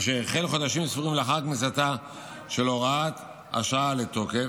אשר החל חודשים ספורים לאחר כניסתה של הוראת השעה לתוקף,